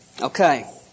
Okay